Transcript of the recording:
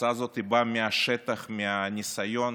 ההצעה הזאת באה מהשטח, מהניסיון,